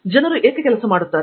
ಜನರು ಏಕೆ ಕೆಲಸ ಮಾಡುತ್ತಾರೆ